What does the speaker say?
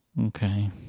Okay